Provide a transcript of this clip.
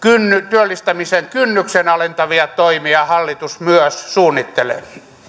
työllistämisen kynnystä alentavia toimia hallitus myös suunnittelee